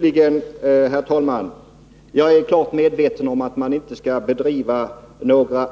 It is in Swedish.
Jag är slutligen, herr talman, medveten om att vi inte skall bedriva